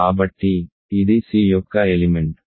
కాబట్టి ఇది c యొక్క ఎలిమెంట్